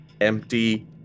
empty